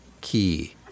key